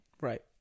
Right